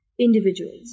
individuals